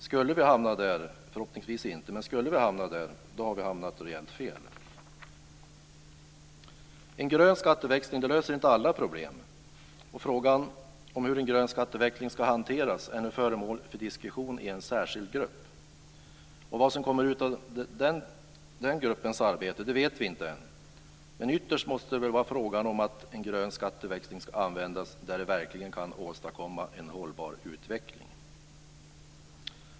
Skulle vi hamna där - det gör vi förhoppningsvis inte - har vi hamnat rejält fel. En grön skatteväxling löser inte alla problem. Frågan om hur en grön skatteväxling ska hanteras är nu föremål för diskussion i en särskild grupp. Vad som kommer ut av den gruppens arbete vet vi inte än, men ytterst måste det väl vara fråga om att en grön skatteväxling ska användas där den verkligen kan åstadkomma en hållbar utveckling.